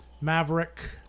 Maverick